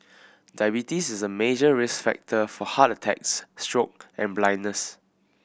diabetes is a major risk factor for heart attacks stroke and blindness